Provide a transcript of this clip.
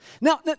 Now